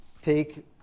take